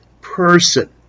person